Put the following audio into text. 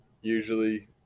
usually